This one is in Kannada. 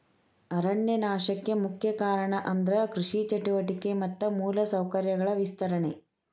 ಅರಣ್ಯ ನಾಶಕ್ಕೆ ಮುಖ್ಯ ಕಾರಣ ಅಂದ್ರ ಕೃಷಿ ಚಟುವಟಿಕೆ ಮತ್ತ ಮೂಲ ಸೌಕರ್ಯಗಳ ವಿಸ್ತರಣೆ